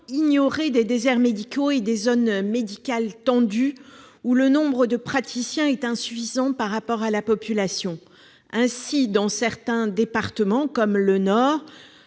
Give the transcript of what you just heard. ignorée des déserts médicaux et des zones médicales tendues, où le nombre de praticiens est insuffisant par rapport à la population. Ainsi, dans certains départements comme celui du